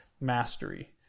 mastery